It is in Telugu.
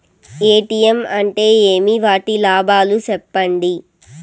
ఎ.టి.ఎం అంటే ఏమి? వాటి లాభాలు సెప్పండి